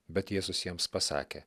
bet jėzus jiems pasakė